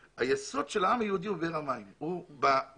היסוד של העם היהודי הוא באר המים, במקווה,